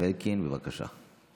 זאב אלקין, בבקשה.